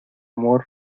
amor